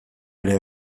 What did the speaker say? ere